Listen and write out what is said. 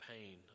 pain